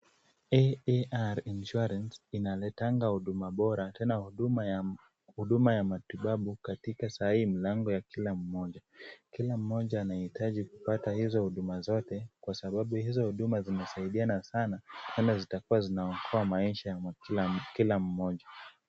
AAR Insurance inaletanga huduma bora tena huduma ya matibabu katika sahi mlango ya Kila mmoja. Kila mmoja anahitaji kupata hizo huduma zote kwa sababu hizo huduma zinasaidiana sana tena zitakuwa zinaokoa maisha ya kila mmoja.